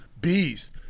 beast